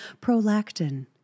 prolactin